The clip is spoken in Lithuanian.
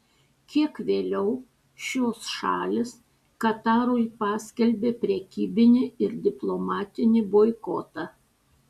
kiek vėliau šios šalys katarui paskelbė prekybinį ir diplomatinį boikotą